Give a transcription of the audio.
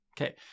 Okay